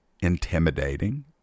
intimidating